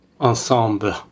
Ensemble